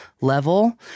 level